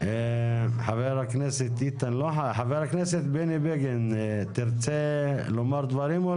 חבר הכנסת בני בגין, תרצה לומר דברים או